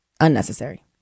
unnecessary